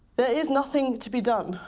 there is nothing to be done,